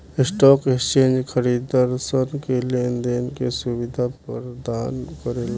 stock exchange खरीदारसन के लेन देन के सुबिधा परदान करेला